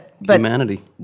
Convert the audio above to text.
humanity